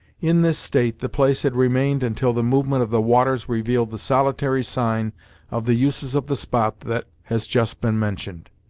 in this state the place had remained until the movement of the waters revealed the solitary sign of the uses of the spot that has just been mentioned.